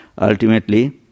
ultimately